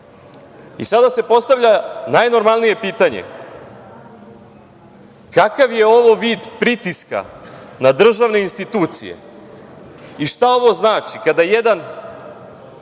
se postavlja najnormalnije pitanje - kakav je ovo vid pritiska na državne institucije i šta ovo znači kada jedan